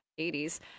80s